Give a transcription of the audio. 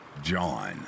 John